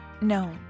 No